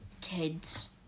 kids